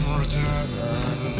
return